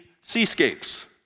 seascapes